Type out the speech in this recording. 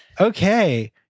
Okay